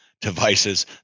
Devices